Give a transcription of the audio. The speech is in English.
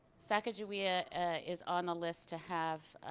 sacajawea is on the list to have